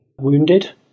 wounded